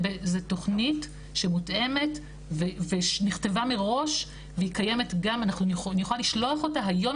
זו תכנית שמותאמת ונכתבה מראש ואני יכולה לשלוח אותה היום,